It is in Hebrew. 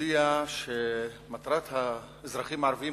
הודיע שמטרת האזרחים הערבים,